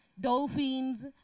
dolphins